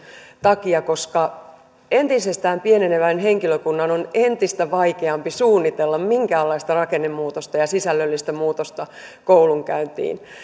takia koska entisestään pienenevän henkilökunnan on entistä vaikeampi suunnitella minkäänlaista rakennemuutosta ja sisällöllistä muutosta koulunkäyntiin